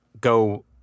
go